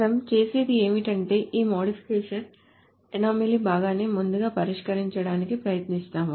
మనం చేసేది ఏమిటంటే ఈ మోడిఫికేషన్ అనామలీ భాగాన్ని ముందుగా పరిష్కరించ డానికి ప్రయత్నిస్తాము